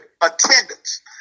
attendance